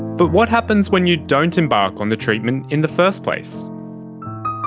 but what happens when you don't embark on the treatment in the first place